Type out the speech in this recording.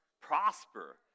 Prosper